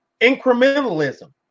incrementalism